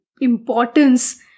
importance